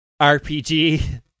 rpg